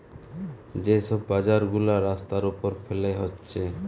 যে সব বাজার গুলা রাস্তার উপর ফেলে হচ্ছে